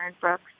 Brooks